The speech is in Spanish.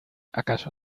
acaso